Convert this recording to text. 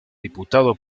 diputado